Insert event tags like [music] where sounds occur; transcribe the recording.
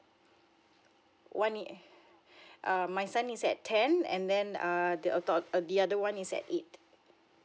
one in eh [breath] err my son is at ten and then err the adopt the other one is at eight